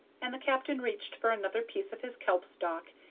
and the captain reached for another piece of his kelp-stalk,